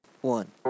one